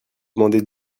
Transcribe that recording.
demandé